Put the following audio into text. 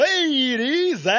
Ladies